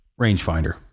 rangefinder